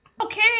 Okay